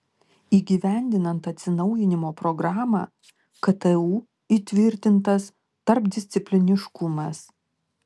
įgyvendinant atsinaujinimo programą ktu įtvirtintas tarpdiscipliniškumas